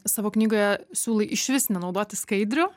savo knygoje siūlai išvis nenaudoti skaidrių